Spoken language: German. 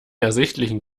ersichtlichen